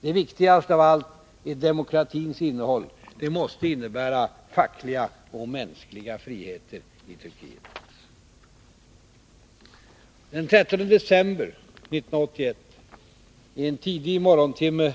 Det viktigaste av allt är demokratins innehåll. Det måste innebära fackliga och mänskliga friheter i Turkiet. Den 13 december 1981, i en tidig morgontimma,